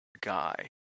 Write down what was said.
guy